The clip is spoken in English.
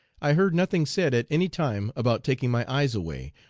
i heard nothing said at any time about taking my eyes away,